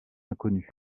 inconnue